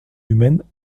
humaine